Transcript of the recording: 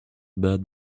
bad